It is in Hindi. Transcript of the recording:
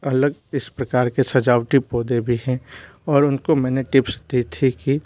अलग किस प्रकार के सजावटी पौधे भी हैं और उनको मैंने टिप्स दी थी कि